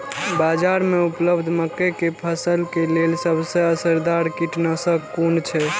बाज़ार में उपलब्ध मके के फसल के लेल सबसे असरदार कीटनाशक कुन छै?